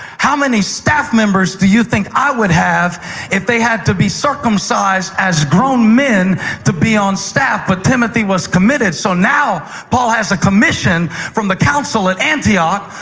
how many staff members do you think i would have if they had to be circumcised as grown men to be on staff? but timothy was committed. so now paul has a commission from the council at antioch,